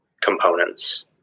components